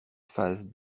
phase